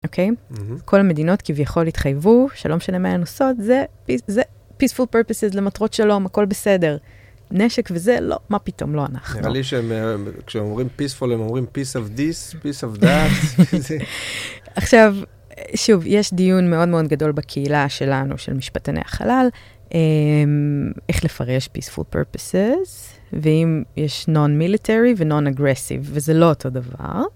אוקיי? כל המדינות כביכול התחייבו, שלום של המעיינוסות, זה peaceful purposes למטרות שלום, הכל בסדר. נשק וזה לא, מה פתאום, לא אנחנו. נראה לי שהם, כשאומרים peaceful הם אומרים peace of this, peace of that. עכשיו, שוב, יש דיון מאוד מאוד גדול בקהילה שלנו, של משפטני החלל, איך לפרש peaceful purposes, ואם יש non-military וnon-aggressive, וזה לא אותו דבר.